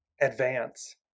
advance